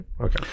Okay